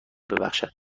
ببخشد